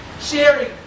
Sharing